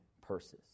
purses